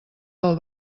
del